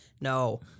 no